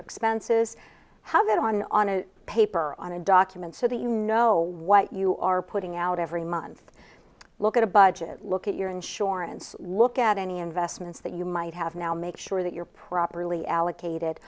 expenses how that on on a paper on a document so that you know what you are putting out every month look at a budget look at your insurance look at any investments that you might have now make sure that you're properly allocated